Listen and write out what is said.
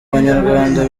banyarwanda